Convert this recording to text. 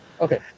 Okay